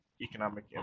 economic